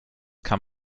kann